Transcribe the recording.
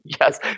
Yes